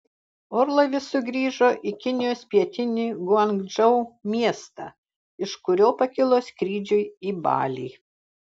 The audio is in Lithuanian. orlaivis sugrįžo į kinijos pietinį guangdžou miestą iš kurio pakilo skrydžiui į balį